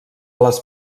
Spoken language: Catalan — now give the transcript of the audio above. les